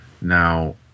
Now